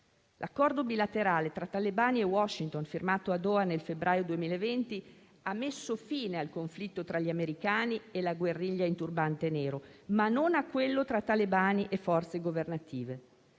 L'accordo bilaterale tra talebani e Washington firmato a Doha nel febbraio 2020 ha messo fine al conflitto tra gli americani e la guerriglia in turbante nero, ma non a quello tra talebani e forze governative.